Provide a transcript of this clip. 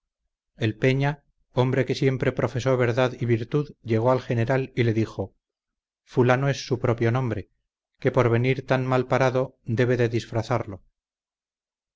el peña hombre que siempre profesó verdad y virtud llegó al general y le dijo fulano es su propio nombre que por venir tan mal parado debe de disfrazarlo